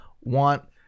want